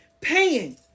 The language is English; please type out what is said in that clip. paying